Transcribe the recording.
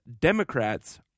Democrats